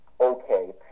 okay